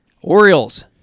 Orioles